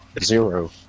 zero